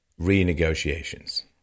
renegotiations